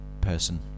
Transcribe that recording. person